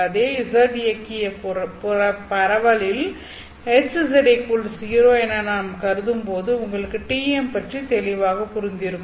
அதே z இயக்கிய பரவலில் HZ0 என நான் கருதும் போது உங்களுக்கு TM பற்றி தெளிவாக புரிந்திருக்கும்